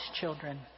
children